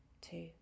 two